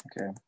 Okay